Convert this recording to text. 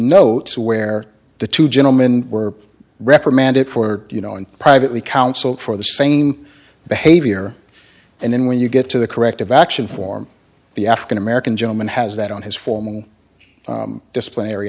note where the two gentlemen were reprimanded for you know and privately counsel for the same behavior and then when you get to the corrective action form the african american gentleman has that on his formal disciplinary